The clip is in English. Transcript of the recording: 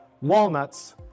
walnuts